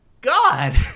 God